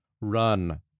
run